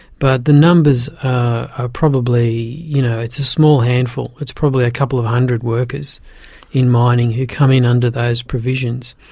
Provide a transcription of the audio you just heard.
but the numbers are ah probably, you know, it's a small handful, it's probably a couple of hundred workers in mining who come in under those provisions.